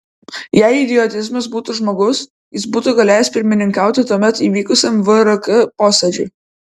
jei idiotizmas būtų žmogus jis būtų galėjęs pirmininkauti tuomet įvykusiam vrk posėdžiui